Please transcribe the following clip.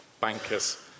bankers